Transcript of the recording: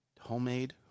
homemade